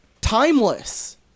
Timeless